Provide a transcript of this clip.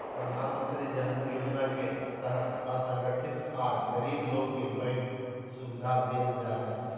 प्रधानमंत्री जन धन योजना के तहत असंगठित आर गरीब लोग के बैंक सुविधा देल जा हई